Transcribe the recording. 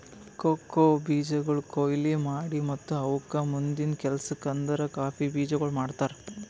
cocoa ಬೀಜಗೊಳ್ ಕೊಯ್ಲಿ ಮಾಡಿ ಮತ್ತ ಅವುಕ್ ಮುಂದಿಂದು ಕೆಲಸಕ್ ಅಂದುರ್ ಕಾಫಿ ಬೀಜಗೊಳ್ ಮಾಡ್ತಾರ್